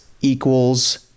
equals